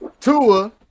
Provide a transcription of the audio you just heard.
Tua